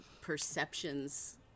perceptions